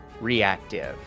reactive